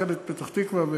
"חלד" פתח-תקווה,